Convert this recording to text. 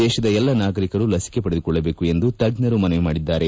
ದೇಶದ ಎಲ್ಲ ನಾಗರಿಕರು ಲಸಿಕೆ ಪಡೆದುಕೊಳ್ಳಬೇಕು ಎಂದು ತಜ್ಞರು ಮನವಿ ಮಾಡಿದ್ಲಾರೆ